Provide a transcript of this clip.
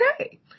okay